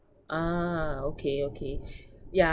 ah okay okay yeah